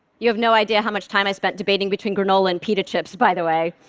you have no idea how much time i spent debating between granola and pita chips, by the way.